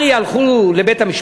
הר"י הלכו לבית-המשפט,